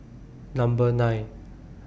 Number nine